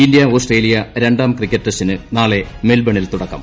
India Australia രണ്ടാം cricket ടെസ്റ്റിന് നാളെ മെൽബണിൽ തുടക്കം